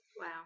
Wow